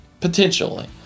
Potentially